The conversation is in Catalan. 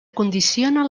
condicionen